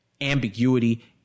ambiguity